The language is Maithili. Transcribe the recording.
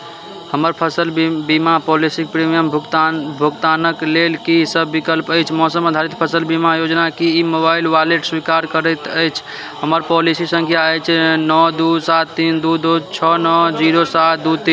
हमर फसल बी बीमा पॉलिसी प्रीमियम भुगतान भुगतानक लेल कीसभ विकल्प अछि मौसम आधारित फसल बीमा योजना की ई मोबाइल वॉलेट स्वीकार करैत अछि हमर पॉलिसी सङ्ख्या अछि नओ दू सात तीन दू दू छओ नओ जीरो सात दू तीन